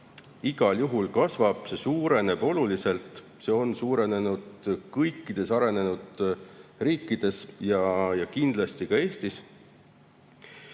igal juhul kasvab. See suureneb oluliselt, see on suurenenud kõikides arenenud riikides ja kindlasti ka Eestis.